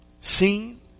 Seen